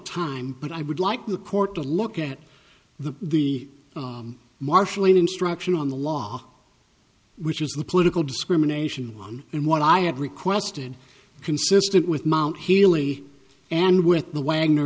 time but i would like the court to look at the the marshaling instruction on the law which is the political discrimination one and what i have requested consistent with mt healy and with the wagner